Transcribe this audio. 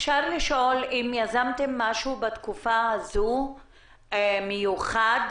אפשר לשאול אם בתקופה הזו יזמתם משהו מיוחד